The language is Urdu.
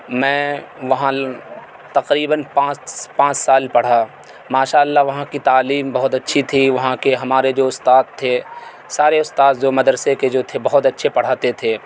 میں وہاں تقریباً پانچ پانچ سال پڑھا ماشاء اللہ وہاں کی تعلیم بہت اچھی تھی وہاں کے ہمارے جو استاد تھے سارے استاد جو مدرسے کے جو تھے بہت اچھے پڑھاتے تھے